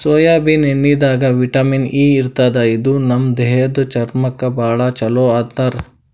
soybean ಎಣ್ಣಿದಾಗ್ vitamin E ಇರ್ತದ್ ಇದು ನಮ್ ದೇಹದ್ದ್ ಚರ್ಮಕ್ಕಾ ಭಾಳ್ ಛಲೋ ಅಂತಾರ್